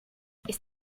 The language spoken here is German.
ist